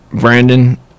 Brandon